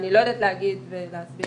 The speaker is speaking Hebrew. אני לא יודעת להסביר את זה,